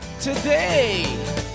today